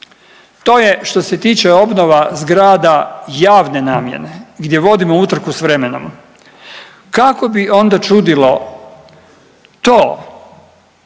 To je što se tiče obnova zgrada javne namjene gdje vodimo utrku s vremenom. Kako bi onda čudilo to